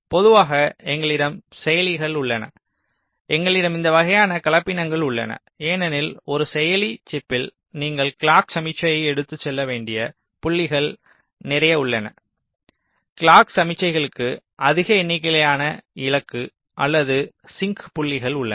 பொதுவாக எங்களிடம் செயலிகள் உள்ளன எங்களிடம் இந்த வகையான கலப்பினங்கள் உள்ளன ஏனெனில் ஒரு செயலி சிப்பில் நீங்கள் கிளாக் சமிக்ஞைகளை எடுத்துச் செல்ல வேண்டிய புள்ளிகள் நிறைய உள்ளன கிளாக் சமிக்ஞைகளுக்கு அதிக எண்ணிக்கையிலான இலக்கு அல்லது சிங் புள்ளிகள் உள்ளன